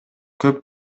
көп